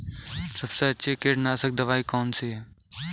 सबसे अच्छी कीटनाशक दवाई कौन सी है?